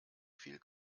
viel